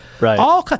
Right